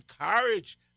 encourage